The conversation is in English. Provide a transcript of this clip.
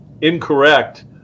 incorrect